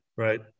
Right